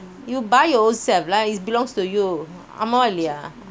you buy yourself lah it belongs to you ஆமாவாஇல்லையா:aamavaa illaya